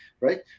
right